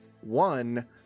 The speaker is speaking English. One